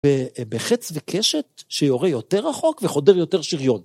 ובחץ וקשת שיורה יותר רחוק וחודר יותר שריון.